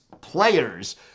players